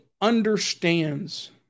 understands